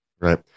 Right